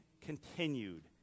continued